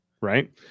Right